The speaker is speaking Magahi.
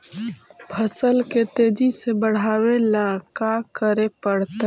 फसल के तेजी से बढ़ावेला का करे पड़तई?